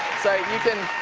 so, you can